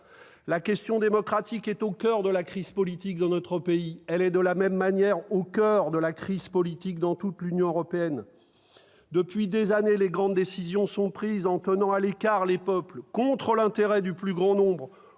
La question démocratique est au coeur de la crise politique que traverse notre pays, et au coeur de la crise politique que traverse toute l'Union européenne. Depuis des années, les grandes décisions sont prises en tenant à l'écart les peuples, contre l'intérêt du plus grand nombre,